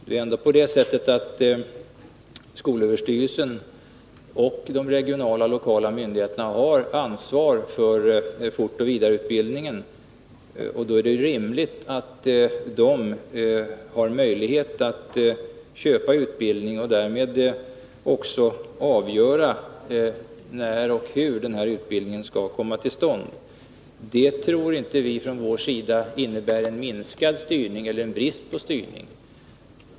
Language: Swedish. Det är ändå på det sättet att skolöverstyrelsen och de regionala och lokala myndigheterna har ett ansvar för fortoch vidareutbildningen, och då är det rimligt att de har möjlighet att köpa utbildning och därmed också avgöra när och hur denna utbildning skall komma till stånd. Det tror vi från vår sida inte innebär en minskad styrning eller brist på styrning.